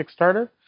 Kickstarter